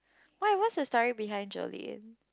why what's the story behind Jolene